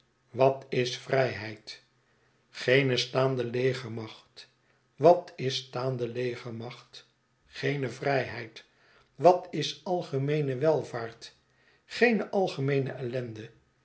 wat is vrijheid geene staande legermacht wat is staande legermacht geene vrijheid wat is algemeene welvaart geene algemeene ellende